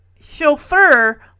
chauffeur